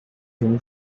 him